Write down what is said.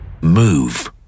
Move